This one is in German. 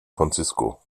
francisco